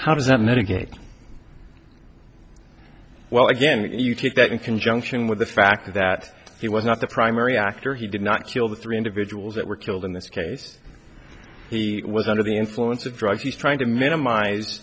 how does not mitigate well again if you take that in conjunction with the fact that he was not the primary actor he did not kill the three individuals that were killed in this case he was under the influence of drugs he's trying to minimize